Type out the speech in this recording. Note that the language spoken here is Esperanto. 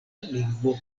lingvo